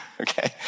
Okay